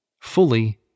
fully